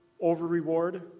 over-reward